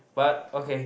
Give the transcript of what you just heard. but okay